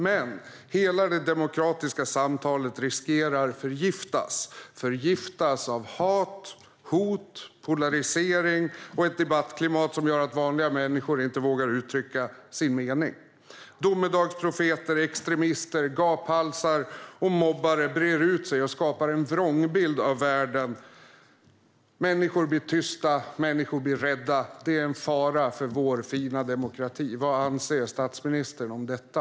Men hela det demokratiska samtalet riskerar att förgiftas av hat, hot, polarisering och ett debattklimat som gör att vanliga människor inte vågar uttrycka sin mening. Domedagsprofeter, extremister, gaphalsar och mobbare breder ut sig och skapar en vrångbild av världen. Människor blir tysta och rädda. Det är en fara för vår fina demokrati. Vad anser statsministern om detta?